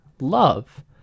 love